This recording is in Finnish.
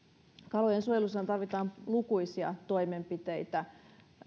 kalojen suojelussahan tarvitaan lukuisia toimenpiteitä